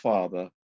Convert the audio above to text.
Father